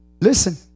listen